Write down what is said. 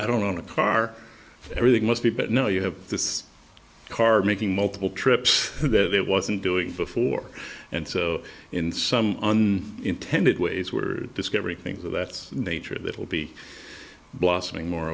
i don't own a car everything must be but no you have this car making multiple trips that it wasn't doing before and so in some intended ways were discovering things that that's nature that will be blossoming more